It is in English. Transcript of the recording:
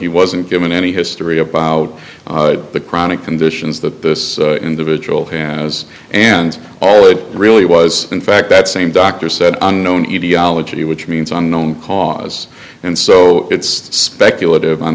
he wasn't given any history about the chronic conditions that this individual has and all it really was in fact that same doctor said unknown etiology which means unknown cause and so it's speculative on